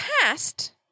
past